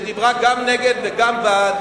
שדיברה גם נגד וגם בעד,